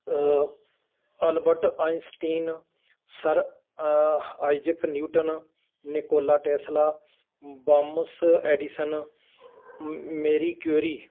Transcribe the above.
Albert Einstein sir Isaac Newton Nikola Tesla Thomas Edison Marie Curie